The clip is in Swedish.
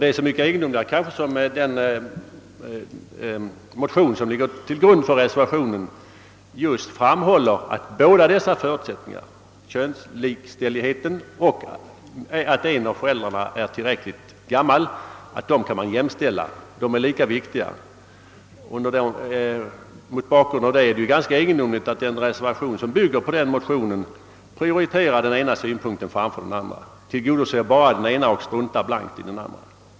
Det är så mycket mera egendomligt som det i den motion som ligger till grund för reservationen just framhålles att båda dessa förutsättningar, könslikställigheten och att en av föräldrarna är tillräckligt gammal, kan man jämställa; de är lika viktiga. Mot bakgrund härav är det ganska egendomligt att den reservation, som bygger på den motionen, prioriterar den ena synpunkten framför den andra, tillgodoser bara den ena och struntar blankt i den andra.